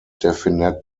definitely